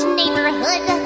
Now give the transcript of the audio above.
neighborhood